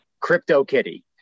CryptoKitty